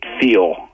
feel